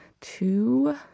two